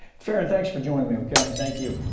farron, thanks for joining me. okay. thank you.